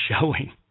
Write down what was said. showing